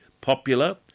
popular